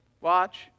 watch